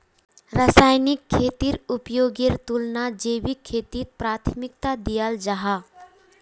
रासायनिक खेतीर उपयोगेर तुलनात जैविक खेतीक प्राथमिकता दियाल जाहा